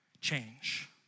change